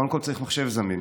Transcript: קודם כול, צריך מחשב זמין,